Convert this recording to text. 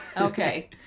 Okay